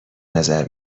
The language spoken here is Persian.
نظر